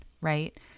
Right